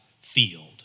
field